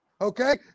Okay